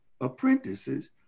apprentices